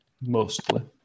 mostly